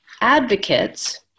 Advocates